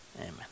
Amen